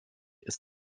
ist